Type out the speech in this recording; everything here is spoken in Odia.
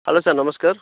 ହ୍ୟାଲୋ ସାର୍ ନମସ୍କାର